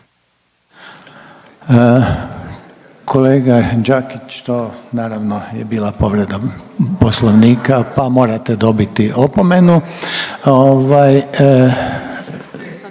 Kolega Đakić, to naravno je bila povreda Poslovnika pa morate dobiti opomenu.